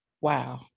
Wow